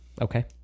Okay